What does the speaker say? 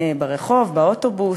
ברחוב, באוטובוס,